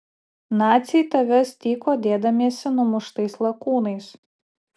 naciai tavęs tyko dėdamiesi numuštais lakūnais